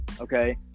okay